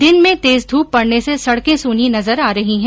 दिन में तेज धूप पडने से सडकें सूनी नजर आ रही हैं